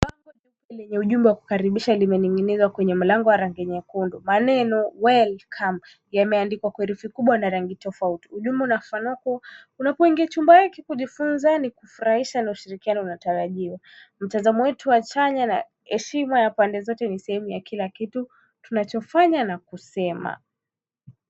Bango kubwa lenye ujumbe wa kukaribisha, limening'inizwa kwenye mlango wa rangi nyekundu. Maneno welcome yameandikwa kwa herufi kubwa na rangi tofauti. Ujumbe unafafanua kuwa unapoingia chumbani hiki kujifunza ni kufurahisha na ushirikiano unatarajiwa. Mtazamo wetu wa chanya na heshima ya pande zote ni sehemu ya kila kitu tunachofanya na kusema.